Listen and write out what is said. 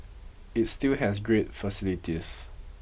it still has great facilities